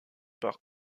part